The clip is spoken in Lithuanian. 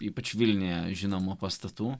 ypač vilniuje žinomų pastatų